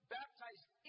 baptized